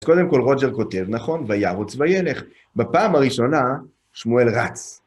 קודם כל, רוג'ר כותב, נכון, וירוץ וילך, בפעם הראשונה, שמואל רץ.